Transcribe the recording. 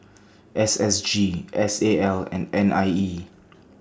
S S G S A L and N I E